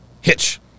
Hitch